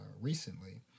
recently